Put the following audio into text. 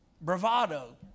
Bravado